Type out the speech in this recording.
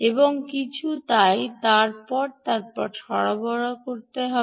এবং কিছু তাই তারপর এবং তারপর সরবরাহ করতে হবে